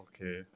Okay